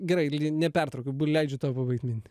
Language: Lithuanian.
gerai li nepertraukiu bu leidžiu tau pabaigt mintį